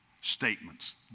statements